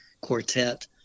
Quartet